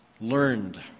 learned